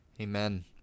Amen